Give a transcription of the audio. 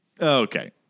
Okay